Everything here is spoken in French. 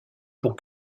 pour